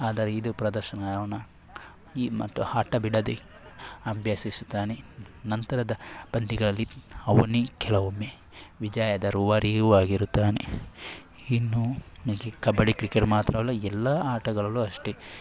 ಆದರೆ ಇದು ಪ್ರದರ್ಶನ ಅವನ ಈ ಮತ್ತು ಹಠ ಬಿಡದೆ ಅಭ್ಯಸಿಸುತ್ತಾನೆ ನಂತರದ ಪಂದ್ಯಗಳಲ್ಲಿ ಅವನು ಕೆಲವೊಮ್ಮೆ ವಿಜಯದ ರೂವಾರಿಯೂ ಆಗಿರುತ್ತಾನೆ ಇನ್ನು ಕಬಡ್ಡಿ ಕ್ರಿಕೆಟ್ ಮಾತ್ರವಲ್ಲ ಎಲ್ಲ ಆಟಗಳಲ್ಲೂ ಅಷ್ಟೇ